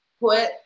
put